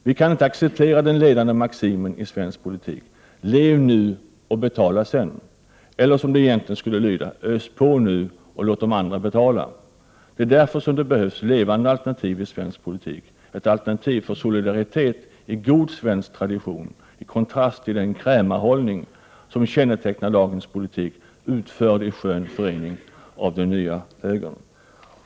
Vi kan inte acceptera den ledande maximen i svensk politik: ”Lev nu och betala sen” eller, som den egentligen skall lyda: ”Ös på nu och låt andra betala”. Det är därför som det behövs ett levande alternativ i svensk politik — ett alternativ för solidaritet i god svensk tradition, i kontrast till den krämarhållning som kännetecknar dagens politik, utförd i skön förening av den nya högern.